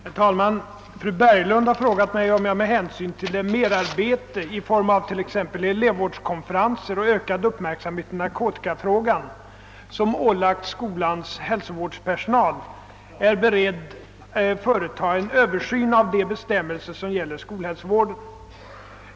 Herr talman! Fru Berglund har frågat mig, om jag med hänsyn till det merarbete i form av t.ex. elevvårdskonferenser och ökad uppmärksamhet i narkotikafrågan, som ålagts skolans hälsovårdspersonal, är beredd företa en översyn av de bestämmelser som gäller skolhälsovården.